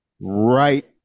right